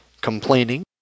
complaining